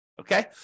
Okay